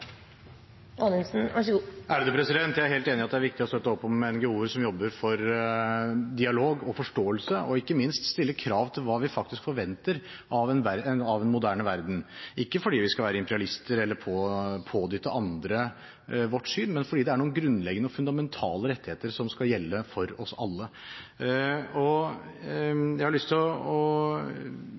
viktig å støtte opp om NGO-er som jobber for dialog og forståelse, og ikke minst stille krav til hva vi faktisk forventer av en moderne verden – ikke fordi vi skal være imperialister eller pådytte andre vårt syn, men fordi det er noen grunnleggende, fundamentale, rettigheter som skal gjelde for oss alle. Jeg har lyst til å